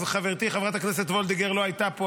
אז חברתי חברת הכנסת וולדיגר לא הייתה פה.